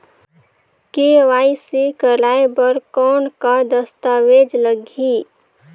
KYC कराय बर कौन का दस्तावेज लगही?